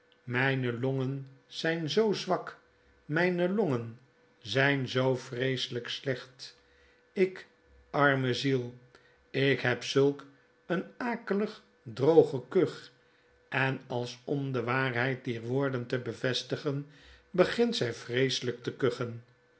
myne longen zijn zoo zwak myne longen zyn zoo vreeselyk slecht ik arme ziel ik neb zulk een akelig droge kuch en als om de waarheid dier woorden te bevestigen begint zy vreeselyk te kuchen